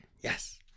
Yes